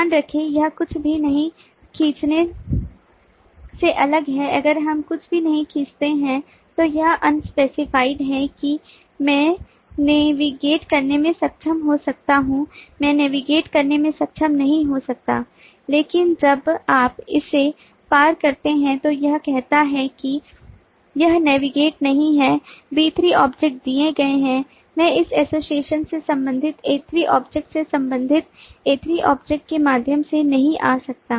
ध्यान रहे यह कुछ भी नहीं खींचने से अलग है अगर हम कुछ भी नहीं खींचते हैं तो यह unspecified है कि मैं नेविगेट करने में सक्षम हो सकता हूं मैं नेविगेट करने में सक्षम नहीं हो सकता लेकिन जब आप इसे पार करते हैं तो यह कहता है कि यह नौगम्य नहीं है B3 ऑब्जेक्ट दिए गए हैं मैं इस एसोसिएशन से संबंधित A3 ऑब्जेक्ट्स से संबंधित A3 ऑब्जेक्ट्स के माध्यम से नहीं आ सकता